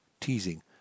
teasing